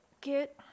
get